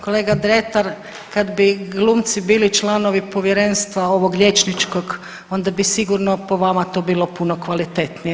Kolega Dretar kad bi glumci bili članovi povjerenstva ovog liječničkog onda bi sigurno po vama to bilo puno kvalitetnije.